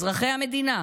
אזרחי המדינה,